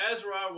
Ezra